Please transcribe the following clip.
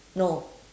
no